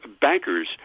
bankers